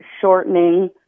shortening